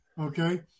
Okay